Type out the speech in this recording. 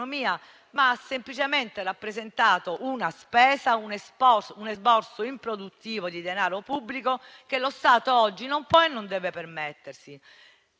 ma ha semplicemente rappresentato una spesa, un esborso improduttivo di denaro pubblico che lo Stato oggi non può e non deve permettersi.